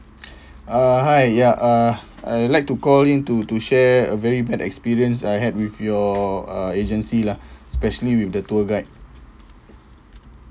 uh hi ya uh I like to call in to to share a very bad experience I had with your uh agency lah especially with the tour guide